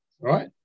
Right